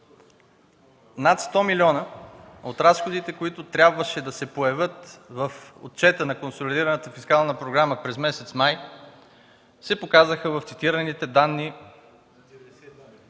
Над 100 милиона от разходите, които трябваше да се появят в отчета на консолидираната фискална програма през месец май, се показаха в цитираните данни, има и